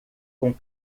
com